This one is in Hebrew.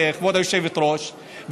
כבוד היושבת-ראש,